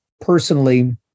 personally